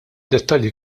dettalji